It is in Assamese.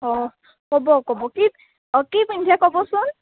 অঁ ক'ব ক'ব কি অঁ কি পিন্ধে ক'বচোন